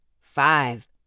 Five